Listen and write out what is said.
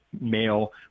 male